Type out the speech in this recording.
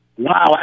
Wow